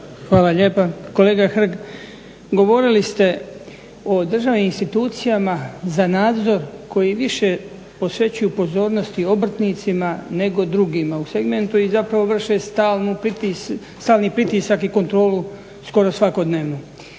Hvala lijepa. Kolega Hrg, govorili ste o državnim institucijama za nadzor koji više posvećuju pozornosti obrtnicima nego drugima u segmentu i zapravo vrše stalni pritisak i kontrolu skoro svakodnevnu.